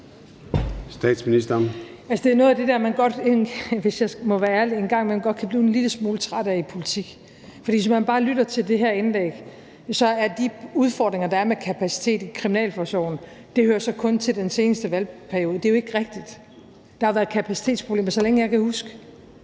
– som man en gang imellem godt kan blive en lille smule træt af i politik. Hvis man bare lytter til det her indlæg, hører de udfordringer, der er med kapacitet i kriminalforsorgen, kun til den seneste valgperiode, men det er jo ikke rigtigt. Der har været kapacitetsproblemer, så længe jeg kan huske.